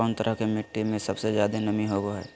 कौन तरह के मिट्टी में सबसे जादे नमी होबो हइ?